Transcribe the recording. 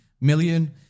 million